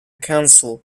council